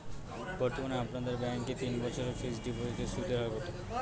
বর্তমানে আপনাদের ব্যাঙ্কে তিন বছরের ফিক্সট ডিপোজিটের সুদের হার কত?